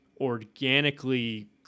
organically